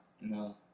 No